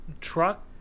truck